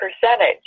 percentage